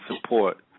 support